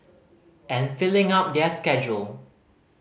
and filling up their schedule